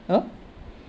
!huh!